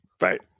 Right